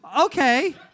Okay